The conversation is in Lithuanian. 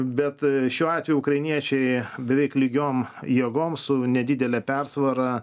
bet šiuo atveju ukrainiečiai beveik lygiom jėgom su nedidele persvara